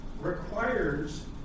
requires